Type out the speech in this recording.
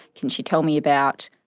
can she tell me about,